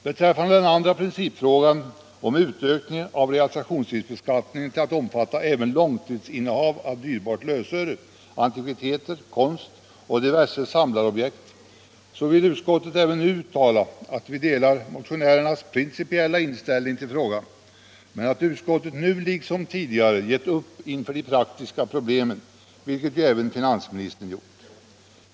Beträffande den andra principfrågan om utökning av realisationsvinstbeskattningen till att omfatta även långtidsinnehav av dyrbart lösöre, antikviteter, konst och diverse samlarobjekt vill utskottet även nu uttala att det delar motionärernas principiella inställning till frågan men att utskottet nu liksom tidigare givit upp inför de praktiska problemen, vilket ju även finansministern gjort.